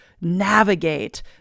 navigate